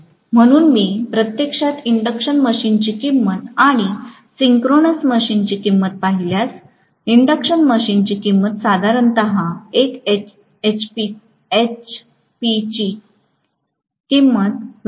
म्हणून मी प्रत्यक्षात इंडक्शन मशीनची किंमत आणि सिंक्रोनस मशीन्सची किंमत पाहिल्यास इंडक्शन मशीनची किंमत साधारणत 1 एचपीची किंमत रू